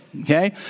Okay